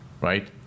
right